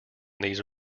these